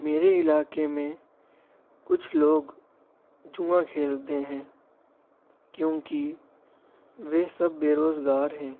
میرے علاقے میں کچھ لوگ جوا کھیلتے ہیں کیوں کہ وہ سب بےروزگار ہیں